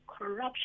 corruption